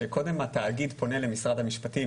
שקודם התאגיד פונה למשרד המשפטים